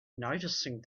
noticing